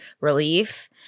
relief